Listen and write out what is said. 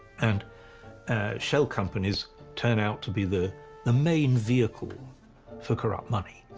and shell companies turn out to be the the main vehicle for corrupt money.